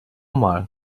mal